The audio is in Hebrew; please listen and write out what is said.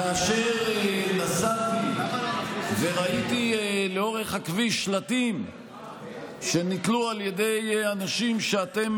כאשר נסעתי וראיתי לאורך הכביש שלטים שנתלו על ידי אנשים שאתם